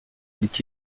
dit